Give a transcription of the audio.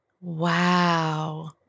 Wow